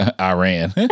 Iran